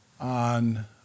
on